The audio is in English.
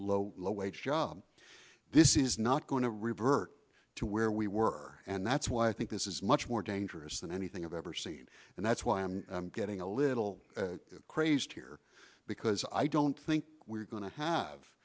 low low wage job this is not going to revert to where we were and that's why i think this is much more dangerous than anything i've ever seen and that's why i'm getting a little crazed here because i don't think we're going to have